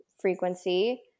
frequency